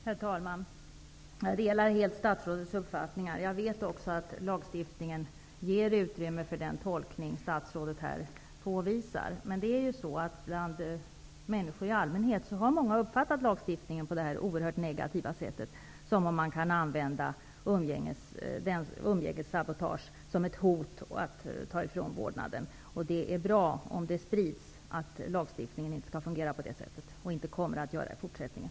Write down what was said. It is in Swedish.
Herr talman! Jag delar helt statsrådets uppfattningar. Jag vet också att lagstiftningen ger utrymme för den tolkning som statsrådet här påvisar. Många människor har uppfattat lagen på ett oerhört negativt sätt, som om man kan använda umgängessabotage som ett skäl att ta vårdnaden ifrån den andra. Det är bra om det sprids att lagstiftningen inte skall fungera på det sättet och inte kommer att göra det i fortsättningen.